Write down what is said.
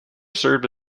served